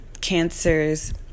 Cancers